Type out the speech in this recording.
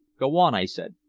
go on, i said.